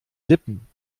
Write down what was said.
lippen